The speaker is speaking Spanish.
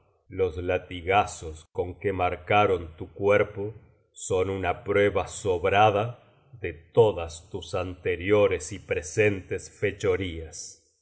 los latigazos con que marcaron tu cuerpo son una prueba sobrada de todas tus anteriores y presentes fechorías